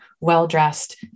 well-dressed